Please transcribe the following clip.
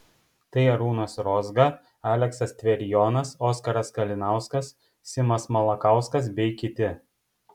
tai arūnas rozga aleksas tverijonas oskaras kalinauskas simas malakauskas bei kiti